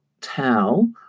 towel